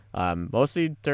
Mostly